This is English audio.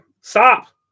stop